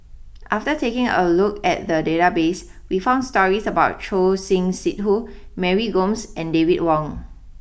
after taking a look at the database we found stories about Choor Singh Sidhu Mary Gomes and David Wong